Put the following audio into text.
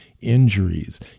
Injuries